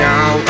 Now